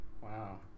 Wow